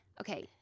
okay